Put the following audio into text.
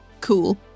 Cool